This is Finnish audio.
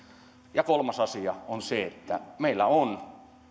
kolmas asia on se että meillä on